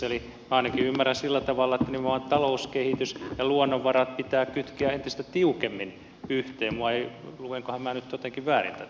eli ainakin ymmärrän sillä tavalla että nimenomaan talouskehitys ja luonnonvarat pitää kytkeä entistä tiukemmin yhteen vai luenkohan minä nyt jotenkin väärin tätä tekstiä